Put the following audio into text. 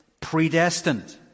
Predestined